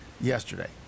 yesterday